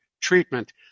treatment